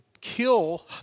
kill